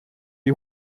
die